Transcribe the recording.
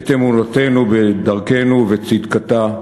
את אמונתנו ואת דרכנו וצדקתה,